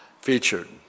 featured